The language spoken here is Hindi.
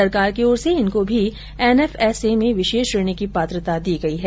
सरकार की ओर से इनको भी एनएफएसए में विशेष श्रेणी की पात्रता दी गई है